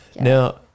Now